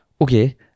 okay